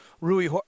Rui